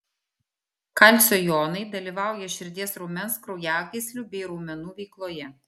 kalcio jonai dalyvauja širdies raumens kraujagyslių bei raumenų veikloje